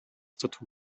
tattoo